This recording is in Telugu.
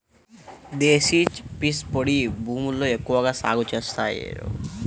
దేశీ చిక్పీస్ పొడి భూముల్లో ఎక్కువగా సాగు చేస్తారు